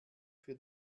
für